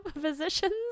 physicians